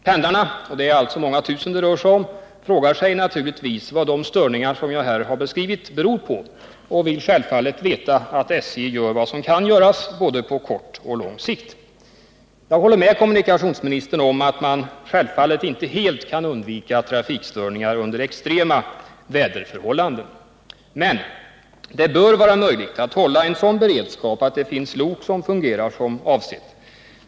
Pendlarna —det rör sig alltså om många tusen — frågar sig naturligtvis vad de störningar som jag här har beskrivit beror på och vill självfallet veta att SJ gör vad som kan göras både på kort och på lång sikt. Jag håller med kommunikationsministern om att man självfallet inte helt kan undvika trafikstörningar under extrema väderförhållanden, men det bör vara möjligt att hålla en sådan beredskap att det finns lok som fungerar som det var avsett.